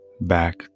back